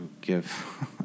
give